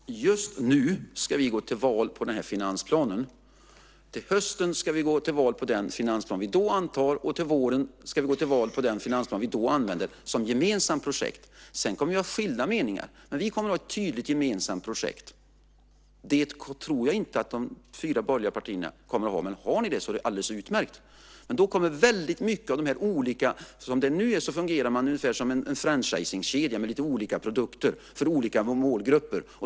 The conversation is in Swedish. Fru talman! Just nu ska vi gå till val på den här finansplanen. Till hösten ska vi gå till val på den finansplan som vi då antar. Till våren ska vi gå till val på den finansplan som vi då använder som gemensamt projekt. Sedan kommer vi att ha skilda meningar, men vi kommer att ha ett tydligt, gemensamt projekt. Det tror jag inte att de fyra borgerliga partierna kommer att ha, men har ni det så är det alldeles utmärkt. Som det nu är fungerar man ungefär som en franchisingkedja med lite olika produkter för olika målgrupper.